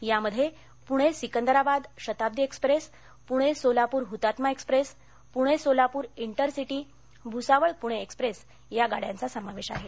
यामध्ये Pune Secunderabad Shatabdi express Pune Solapur Hutatma express Pune Solapur intercity Bhusawal Pune express या गाड्यांचा समावेश आहे